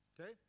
okay